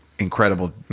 incredible